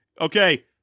okay